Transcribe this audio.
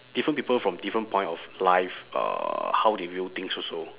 different people from different point of life uh how they view things also